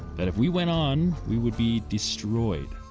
that if we went on we would be destroyed,